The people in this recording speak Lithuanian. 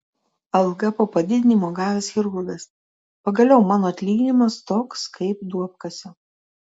algą po padidinimo gavęs chirurgas pagaliau mano atlyginimas toks kaip duobkasio